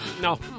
No